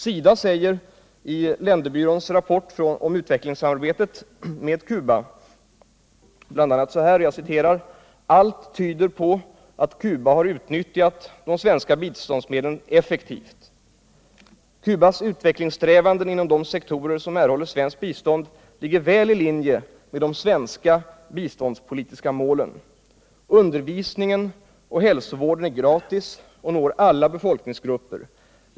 SIDA skriver i länderbyråns rapport om utvecklingsarbetet i Cuba bl.a. följande: ”Allt tyder på att Cuba har utnyttjat de svenska biståndsmedlen effektivt. ———- Cubas utvecklingssträvanden inom de sektorer som erhåller svenskt bistånd ligger väl i linje med de svenska biståndspolitiska målen. Undervisningen och hälsovården är gratis och når alla befolkningsgrupper.